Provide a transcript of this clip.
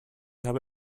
habe